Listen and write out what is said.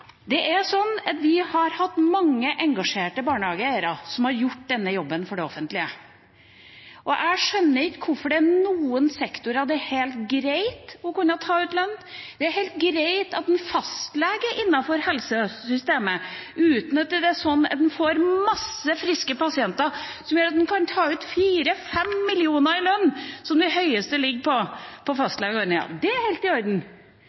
Vi har hatt mange engasjerte barnehageeiere som har gjort denne jobben for det offentlige, og jeg skjønner ikke hvorfor det er noen sektorer der det er greit å kunne ta ut lønn. Det er helt greit at en fastlege innenfor helsesystemet – med en masse friske pasienter – kan ta ut 4–5 mill. kr i lønn, som er det høyeste i fastlegeordningen. Det er helt i orden.